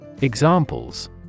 Examples